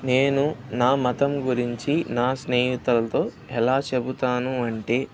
నేను నా మతం గురించి నా స్నేహితులతో ఎలాచెప్పాను అంటే